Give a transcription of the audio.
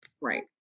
Right